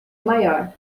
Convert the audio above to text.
maior